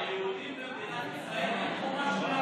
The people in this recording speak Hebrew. היהודים במדינת ישראל לקחו משהו מהתקציב?